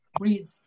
read